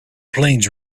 plains